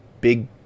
big